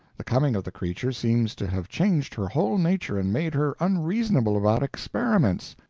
the coming of the creature seems to have changed her whole nature and made her unreasonable about experiments.